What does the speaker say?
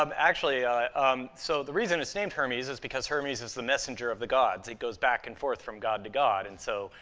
um actually um so the reason it's named hermes is because hermes is the messenger of the gods. he goes back and forth from god to god and so,